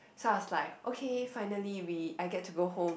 so I was like okay finally we I get to go home